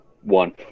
one